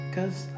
Cause